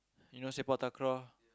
you know Sepak-Takraw